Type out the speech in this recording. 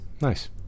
Nice